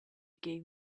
gave